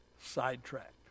sidetracked